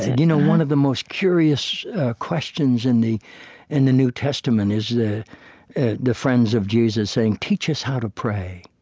you know one of the most curious questions in the in the new testament is the the friends of jesus saying, teach us how to pray.